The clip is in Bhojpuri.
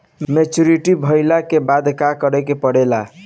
मैच्योरिटी भईला के बाद का करे के पड़ेला?